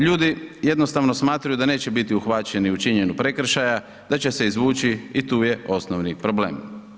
Ljudi jednostavno smatraju da neće biti uhvaćeni u činjenju prekršaja, da će se izvući i tu je osnovni problem.